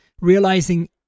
realizing